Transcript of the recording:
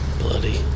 bloody